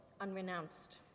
unrenounced